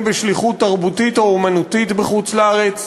בשליחות תרבותית או אמנותית בחוץ-לארץ?